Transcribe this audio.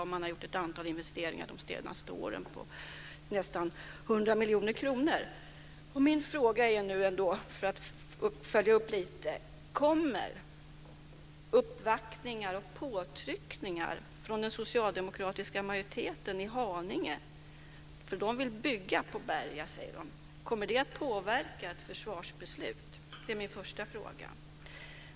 Man har gjort ett antal investeringar de senaste åren på nästan 100 Min första fråga är nu, för att följa upp lite: Kommer uppvaktningar och påtryckningar från den socialdemokratiska majoriteten i Haninge, som säger att man vill bygga på Berga, att påverka ett försvarsbeslut? Det är min första fråga.